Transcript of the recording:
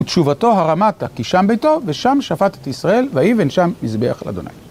ותשובתו הרמתה כי שם ביתו, ושם שפט את ישראל, ויבן שם מזבח לה'.